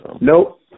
Nope